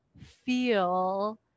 feel